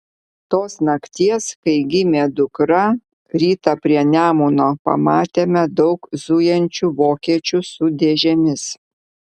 tos nakties kai gimė dukra rytą prie nemuno pamatėme daug zujančių vokiečių su dėžėmis